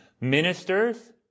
ministers